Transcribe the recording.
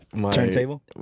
Turntable